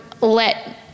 Let